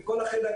עם כל החיידקים.